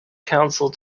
council